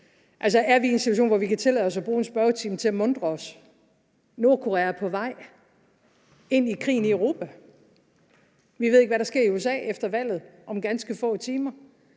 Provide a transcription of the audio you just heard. Altså, er vi i en situation, hvor vi kan tillade os at bruge en spørgetime til at muntre os? Nordkorea er på vej ind i krigen i Europa; vi ved ikke, hvad der sker i USA efter valget om ganske få timer;